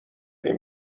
این